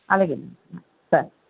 అలాగేనమ్మా సరే